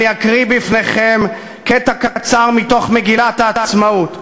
אני אקריא בפניכם קטע קצר מתוך מגילת העצמאות,